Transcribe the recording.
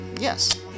Yes